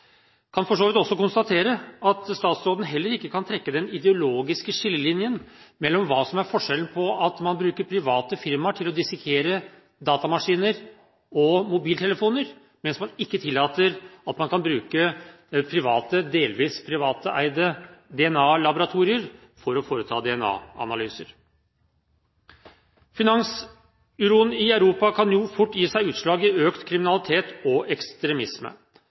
for så vidt også konstatere at statsråden heller ikke kan trekke den ideologiske skillelinjen her: Man bruker private firmaer til å dissekere datamaskiner og mobiltelefoner, mens man ikke tillater å bruke private, delvis privateide, DNA-laboratorier for å foreta DNA-analyser. Finansuroen i Europa kan fort gi seg utslag i økt kriminalitet og ekstremisme.